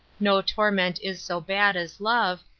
no torment is so bad as love,